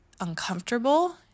uncomfortable